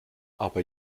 aber